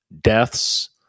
deaths